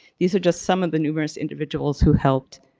these are just some of the numerous individuals who helped.